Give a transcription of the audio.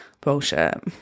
bullshit